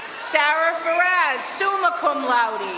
sarah ferez, summa cum laude.